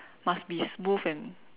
must be smooth and